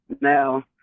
Now